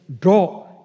draw